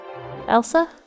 Elsa